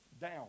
down